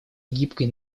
гибкой